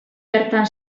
bertan